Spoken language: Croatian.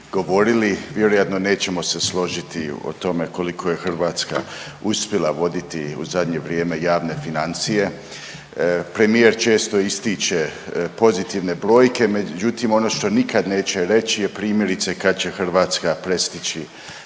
govorili, vjerojatno nećemo se složiti o tome koliko je Hrvatska uspjela voditi u zadnje vrijeme javne financije. Premijer često ističe pozitivne brojke, međutim ono što nikad neće reći je primjerice kad će Hrvatska prestići